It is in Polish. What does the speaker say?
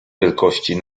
wielkości